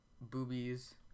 Boobies